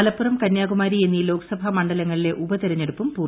മലപ്പൂറം കന്യാകുമാരി എന്നീ ലോക്സഭാ മണ്ഡലങ്ങളിലെ ഉപതെരഞ്ഞെടുപ്പും പൂർത്തിയായി